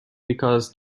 because